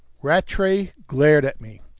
rattray glared at me,